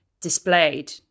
displayed